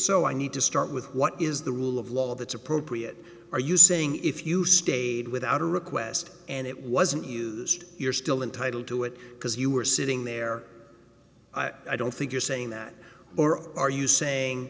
so i need to start with what is the rule of law that's appropriate are you saying if you stayed without a request and it wasn't used you're still entitled to it because you were sitting there i don't think you're saying that or are you saying